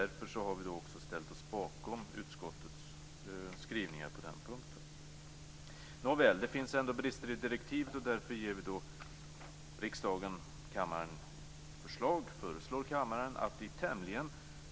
Remissvaren styrs naturligtvis av Datainspektionens underlag. Här ser jag en fara i att åtgärderna kanske inte blir så bra som möjligheterna medger.